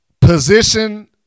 position